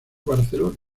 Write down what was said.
barcelona